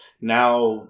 now